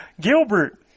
Gilbert